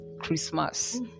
Christmas